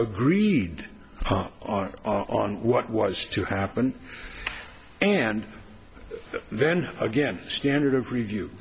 agreed on what was to happen and then again standard of review